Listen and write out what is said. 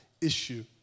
issue